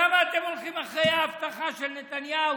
למה אתם הולכים אחרי האבטחה של נתניהו?